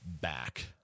back